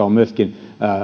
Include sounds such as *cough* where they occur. *unintelligible* on myöskin